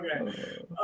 okay